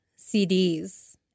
CDs